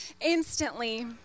instantly